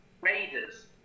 raiders